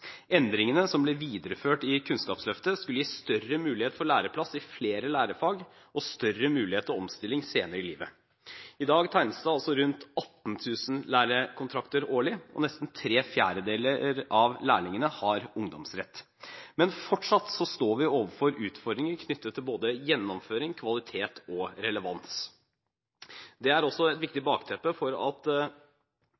Endringene, som ble videreført i Kunnskapsløftet, skulle gi større mulighet for læreplass i flere lærefag og større mulighet til omstilling senere i livet. I dag tegnes det rundt 18 000 lærekontrakter årlig, og nesten tre fjerdedeler av lærlingene har ungdomsrett. Men fortsatt står vi overfor utfordringer knyttet til både gjennomføring, kvalitet og relevans. Det er også et viktig bakteppe for at